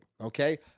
okay